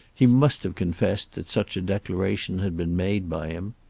he must have confessed that such a declaration had been made by him.